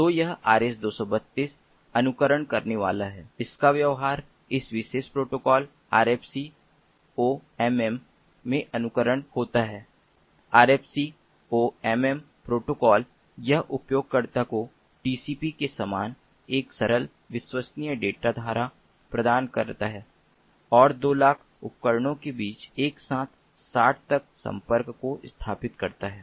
तो यह R S 232 अनुकरण करने वाला है इसका व्यवहार इस विशेष प्रोटोकॉल आरएफसीओएमएम में अनुकरण होता है आरएफसीओएमएम प्रोटोकॉल यह उपयोगकर्ता को टीसीपी के समान एक सरल विश्वसनीय डेटा घारा प्रदान करता है और 2 ब्लूटूथ उपकरण के बीच एक साथ साठ तक संपर्क का समर्थन करता है